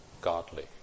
godly